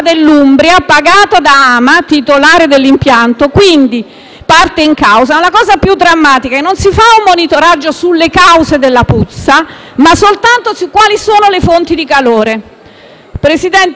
parte in causa. La cosa più drammatica è che si fa un monitoraggio non sulle cause della puzza, ma soltanto su quali siano le fonti di calore. Presidente, l'odore è il senso più antico dell'umanità,